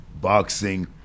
Boxing